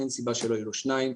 אין סיבה שלא יהיו לו שניים,